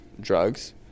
drugs